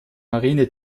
marine